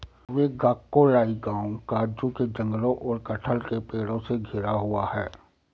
वेगाक्कोलाई गांव काजू के जंगलों और कटहल के पेड़ों से घिरा हुआ है